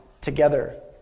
together